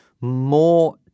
more